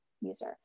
user